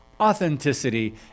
authenticity